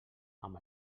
amb